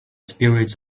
spirits